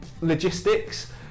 logistics